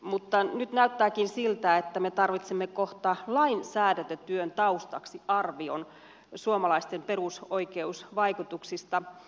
mutta nyt näyttääkin siltä että me tarvitsemme kohta lainsäädäntätyön taustaksi arvion suomalaisten perusoikeusvaikutuksista